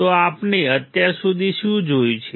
તો આપણે અત્યાર સુધી શું જોયું છે